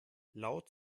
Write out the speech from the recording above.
laut